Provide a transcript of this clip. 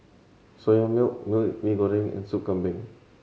Soya Milk Mee Goreng and Sup Kambing